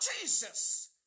Jesus